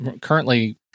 currently